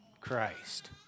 Christ